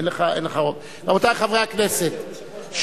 רבותי חברי הכנסת,